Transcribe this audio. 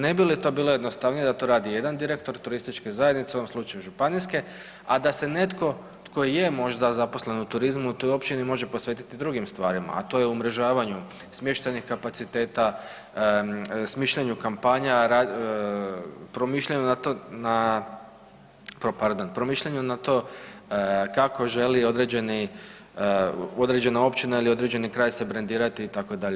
Ne bi li to bilo jednostavnije da to radi jedan direktor turističke zajednice u ovom slučaju županijske, a da se netko tko je možda zaposlen u turizmu u toj općini može posvetiti drugim stvarima, a to je umrežavanju smještajnih kapaciteta, smišljanju kampanja, promišljanju na to kako želi određena općina ili određeni kraj se brendirati itd.